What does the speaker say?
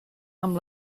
amb